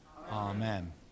Amen